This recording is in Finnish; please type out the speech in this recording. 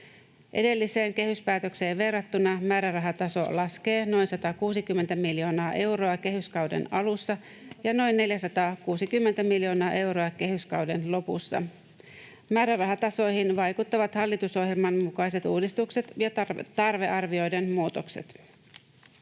Edelliseen kehyspäätökseen verrattuna määrärahataso laskee noin 160 miljoonaa euroa kehyskauden alussa ja noin 460 miljoonaa euroa kehyskauden lopussa. Määrärahatasoihin vaikuttavat hallitusohjelman mukaiset uudistukset ja tarvearvioiden muutokset.